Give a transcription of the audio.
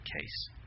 case